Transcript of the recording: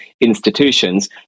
institutions